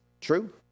True